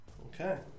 Okay